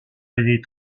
les